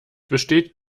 besteht